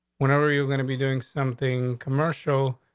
whenever you're going to be doing something commercial,